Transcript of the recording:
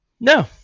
No